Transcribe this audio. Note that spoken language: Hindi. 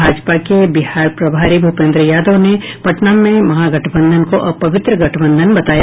भाजपा के बिहार प्रभारी भूपेन्द्र यादव ने पटना में महागठबंधन को अपवित्र गठबंधन बताया